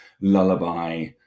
lullaby